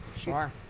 Sure